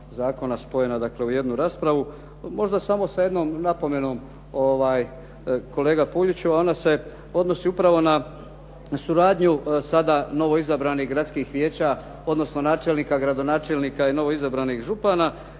zakona spojena dakle, u jednu raspravu. Možda samo sa jednom napomenom, kolega Puljiću a onda se odnosi upravo na suradnju novoizabranih gradskih vijeća, odnosno načelnika, gradonačelnika i novo izabranih župana.